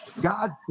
God